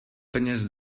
peněz